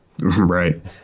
right